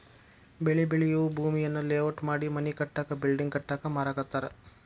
ಬೆಳಿ ಬೆಳಿಯೂ ಭೂಮಿಯನ್ನ ಲೇಔಟ್ ಮಾಡಿ ಮನಿ ಕಟ್ಟಾಕ ಬಿಲ್ಡಿಂಗ್ ಕಟ್ಟಾಕ ಮಾರಾಕತ್ತಾರ